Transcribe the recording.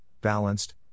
balanced